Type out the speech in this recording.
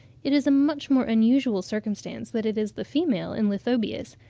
it is a much more unusual circumstance, that it is the female in lithobius,